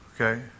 okay